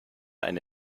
eine